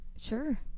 Sure